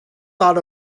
thought